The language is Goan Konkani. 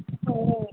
हय हय